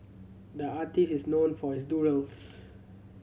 the artist is known for his doodles